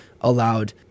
allowed